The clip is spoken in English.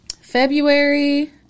February